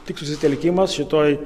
tik susitelkimas šitoj